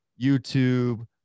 YouTube